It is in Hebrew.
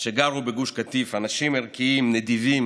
שגרו בגוש קטיף, אנשים ערכיים, נדיבים,